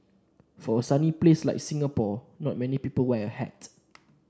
for a sunny place like Singapore not many people wear a hat